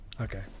Okay